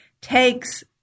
takes